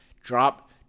drop